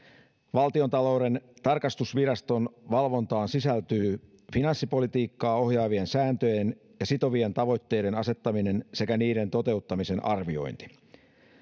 valtiontalouden tarkastusviraston valvontaan sisältyy finanssipolitiikkaa ohjaavien sääntöjen ja sitovien tavoitteiden asettaminen sekä niiden toteuttamisen arviointi